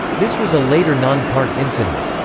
this was a later non-park incident.